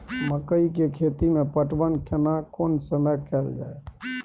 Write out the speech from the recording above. मकई के खेती मे पटवन केना कोन समय कैल जाय?